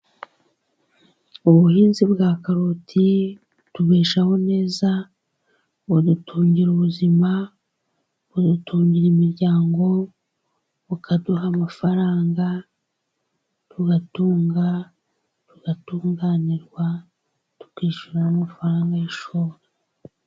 Ubuhinzi bwa karoti butubeshaho neza, budutungira ubuzima, budutungira imiryango, bukaduha amafaranga, tugatunga tugatunganirwa, tukishyura n'amafaranga y'ishuri.